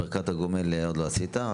ברכת הגומל עוד לא עשית,